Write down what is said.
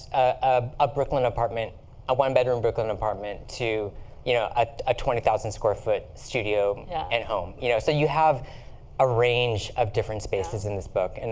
a a brooklyn apartment a one-bedroom brooklyn apartment to you know a a twenty thousand square foot studio and home. you know so you have a range of different spaces in this book. and